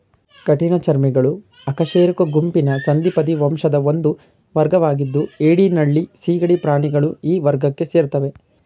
ಕಠಿಣ ಚರ್ಮಿಗಳು ಅಕಶೇರುಕ ಗುಂಪಿನ ಸಂಧಿಪದಿ ವಂಶದ ಒಂದು ವರ್ಗವಾಗಿದ್ದು ಏಡಿ ನಳ್ಳಿ ಸೀಗಡಿ ಪ್ರಾಣಿಗಳು ಈ ವರ್ಗಕ್ಕೆ ಸೇರ್ತವೆ